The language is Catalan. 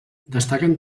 destaquen